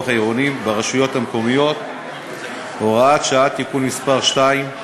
העירוניים ברשויות המקומיות (הוראת שעה) (תיקון מס' 2),